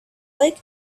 like